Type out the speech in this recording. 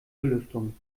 belüftung